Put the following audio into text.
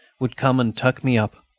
would come and tuck me up.